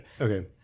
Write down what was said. Okay